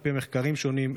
על פי מחקרים שונים,